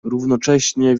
równocześnie